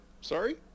Sorry